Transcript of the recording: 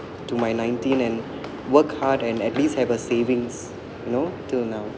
to my nineteen and work hard and at least have a savings you know till now